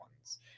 ones